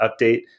update